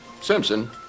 Simpson